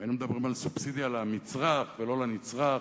והיינו מדברים על סובסידיה למצרך ולא לנצרך.